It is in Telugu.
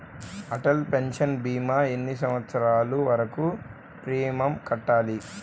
అటల్ పెన్షన్ భీమా ఎన్ని సంవత్సరాలు వరకు ప్రీమియం కట్టాలి?